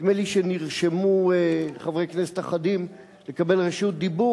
נדמה לי שנרשמו חברי כנסת אחדים לקבל רשות דיבור,